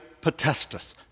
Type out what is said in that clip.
potestas